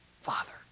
Father